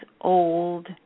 old